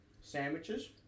sandwiches